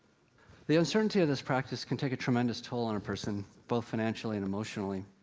the uncertainty of this practice can take a tremendous toll on a person, both financially and emotionally.